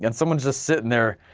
and someone's just sitting there,